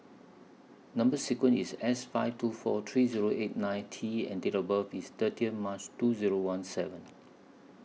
Number sequence IS S five two four three Zero eight nine T and Date of birth IS thirty March two Zero one seven